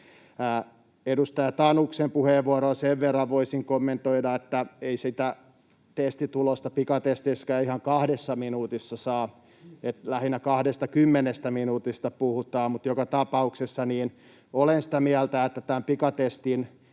Edustaja Tanuksen puheenvuoroon sen verran voisin kommentoida, että ei sitä testitulosta pikatesteissäkään ihan kahdessa minuutissa saa, lähinnä 20 minuutista puhutaan. Joka tapauksessa olen sitä mieltä, että tämän pikatestin